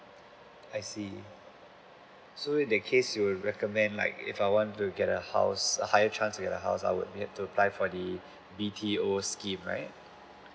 I see so in that case you will recommend like if I want to get a house a higher chance to get a house I would need to apply for the B_T_O scheme right